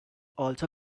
also